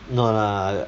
no lah